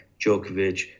Djokovic